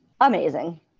Amazing